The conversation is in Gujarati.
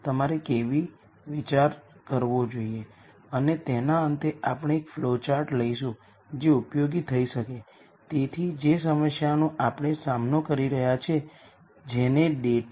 તેથી તે સિમેટ્રિક મેટ્રિક્સ શું છે તે ધ્યાનમાં લીધા વિના આ પોલિનોમીઅલ હંમેશા સિમેટ્રિક મેટ્રિક્સ માટે રીયલ ઉકેલો આપે છે